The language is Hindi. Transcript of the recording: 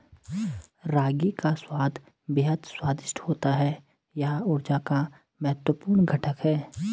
रागी का स्वाद बेहद स्वादिष्ट होता है यह ऊर्जा का महत्वपूर्ण घटक है